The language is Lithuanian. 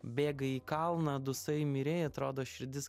bėgai į kalną dusai mirei atrodo širdis